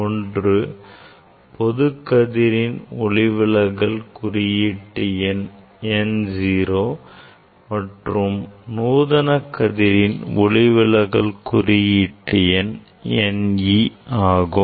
ஒன்று பொது கதிரின் ஒளிவிலகல் குறியீட்டு எண் n o மற்றது நூதன கதிரின் ஒளிவிலகல் குறியீட்டு எண் n e ஆகும்